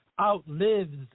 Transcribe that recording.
outlives